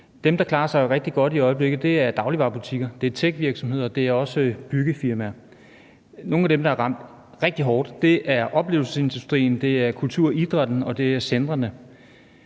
Dem, der klarer sig rigtig godt i øjeblikket, er dagligvarebutikker, det er tech-virksomheder, og det er også byggefirmaer. Nogle af dem, der er ramt rigtig hårdt, er oplevelsesindustrien, det er kulturen og idrætten, og det er centrene.